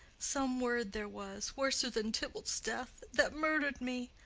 some word there was, worser than tybalt's death, that murd'red me.